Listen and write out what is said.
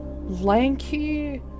lanky